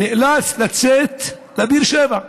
נאלץ לצאת לבאר שבע לא,